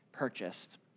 purchased